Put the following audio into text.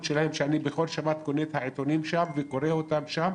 שלהם אני בכל שבת קונה את העיתונים שם וקורא אותם שם